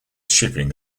shipping